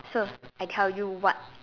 so I tell you what